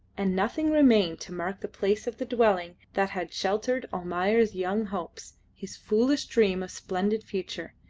and nothing remained to mark the place of the dwelling that had sheltered almayer's young hopes, his foolish dream of splendid future,